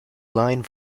line